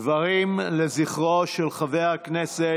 דברים לזכרו של חבר הכנסת